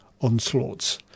onslaughts